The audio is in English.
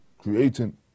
creating